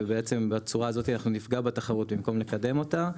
ובעצם בצורה הזו אנחנו נפגע בתחרות במקום לקדם אותה.